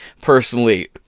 personally